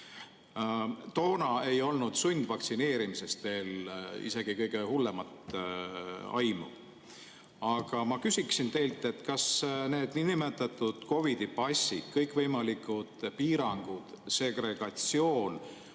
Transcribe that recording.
Toona ei olnud sundvaktsineerimisest veel isegi kõige hullemat aimu. Aga ma küsiksin teilt, kas need nn COVID‑passid, kõikvõimalikud piirangud ja segregatsioon